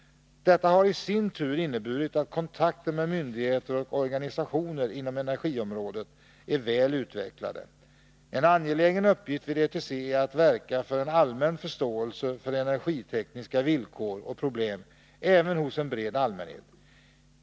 Detta har i sin tur inneburit att kontakterna med myndigheter och organisationer inom energiområdet är väl utvecklade. En angelägen uppgift för ETC är att verka för en allmän förståelse när det gäller energitekniska villkor och problem även hos en bred allmänhet.